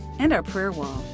and our prayer wall.